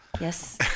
Yes